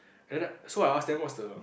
and then so I ask them what's the